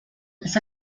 las